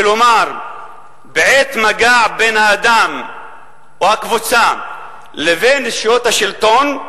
כלומר בעת מגע בין אדם או קבוצה לבין אושיות השלטון,